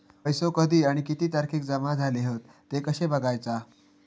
पैसो कधी आणि किती तारखेक जमा झाले हत ते कशे बगायचा?